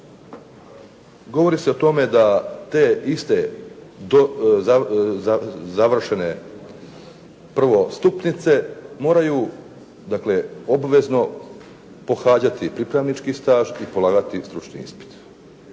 govori se o tome da te iste završene prvostupnice moraju obvezno pohađati pripravnički staž i polagati stručni ispit.